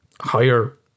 higher